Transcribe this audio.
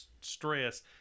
stress